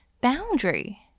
boundary